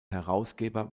herausgeber